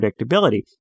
predictability